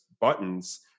buttons